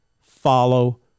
follow